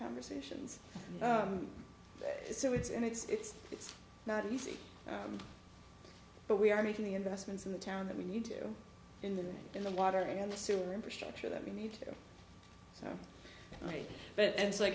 conversations so it's and it's it's not easy but we are making the investments in the town that we need to do in the in the water and the sewer infrastructure that we need so right but and so i